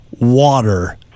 water